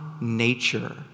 nature